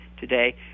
today